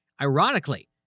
Ironically